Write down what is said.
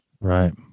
Right